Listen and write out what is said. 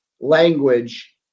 language